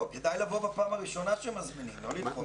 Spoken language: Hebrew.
כדאי לבוא בפעם הראשונה שמזמינים ולא לדחות.